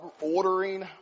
ordering